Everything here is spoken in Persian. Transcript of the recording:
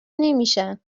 نمیشن